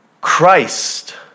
Christ